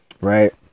right